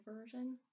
version